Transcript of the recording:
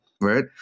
right